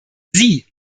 sie